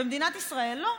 במדינת ישראל לא.